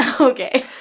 Okay